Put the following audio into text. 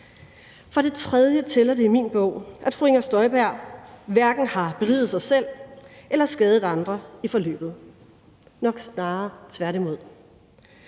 For det tredje tæller det i min bog, at fru Inger Støjberg hverken har beriget sig selv eller skadet andre i forløbet – nok snarere tværtimod.